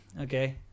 Okay